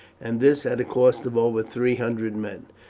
and this at a cost of over three hundred men.